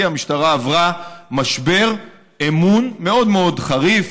המשטרה עברה משבר אמון מאוד מאוד חריף,